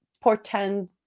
portend